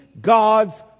God's